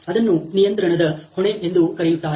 ಅದನ್ನು ನಿಯಂತ್ರಣದ ಹೊಣೆ ಎಂದು ಕರೆಯುತ್ತಾರೆ